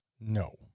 No